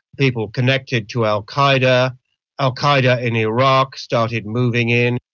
people connected to al qaeda. al qaeda in iraq started moving in.